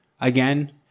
Again